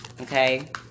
Okay